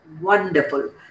wonderful